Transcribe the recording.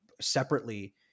separately